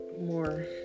more